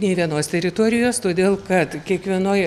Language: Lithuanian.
nė vienos teritorijos todėl kad kiekvienoj